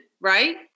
right